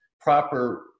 proper